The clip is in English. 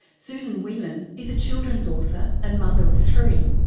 susan whelan is a children's author and mother of three.